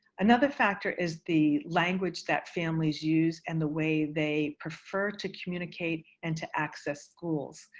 another factor is the language that families use and the way they prefer to communicate and to access schools.